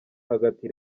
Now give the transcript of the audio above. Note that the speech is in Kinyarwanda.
hagati